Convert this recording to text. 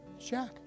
Jack